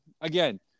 again